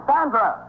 Sandra